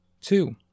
Two